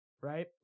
right